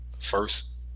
first